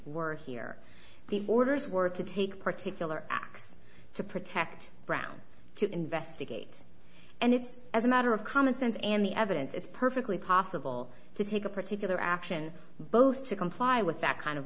were here the orders were to take particular acts to protect brown to investigate and it's as a matter of common sense and the evidence it's perfectly possible to take a particular action both to comply with that kind of